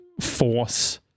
force